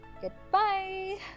goodbye